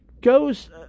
goes